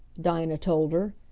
dinah told her.